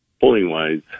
polling-wise